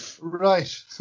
Right